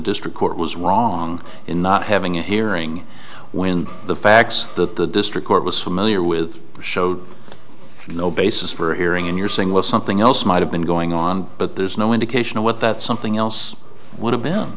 district court was wrong in not having a hearing when the facts that the district court was familiar with showed no basis for a hearing and you're saying was something else might have been going on but there's no indication of what that something else w